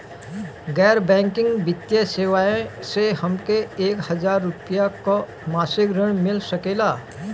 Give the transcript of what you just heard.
गैर बैंकिंग वित्तीय सेवाएं से हमके एक हज़ार रुपया क मासिक ऋण मिल सकेला?